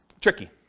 tricky